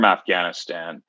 Afghanistan